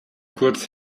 kurz